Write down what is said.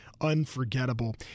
unforgettable